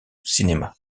cinéma